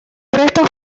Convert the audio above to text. restos